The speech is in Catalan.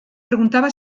preguntava